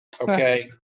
Okay